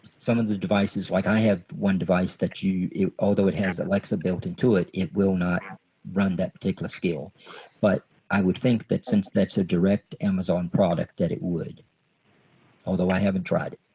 some of the devices like i have one device that you you although it has alexa built into it it will not run that particular skill but i would think that since that's a direct amazon product it would although i haven't tried